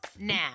now